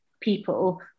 people